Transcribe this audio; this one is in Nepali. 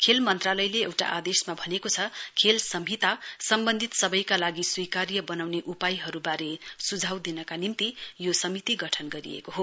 खेल मन्त्रालयले एउटा आदेशमा भनेको छ खेल संहिता सम्वन्धित सबैका लागि स्वीकार्य वनाउने उपायहरुवारे सुझाउ दिनका निम्ति यो समिति गठन गरिएको हो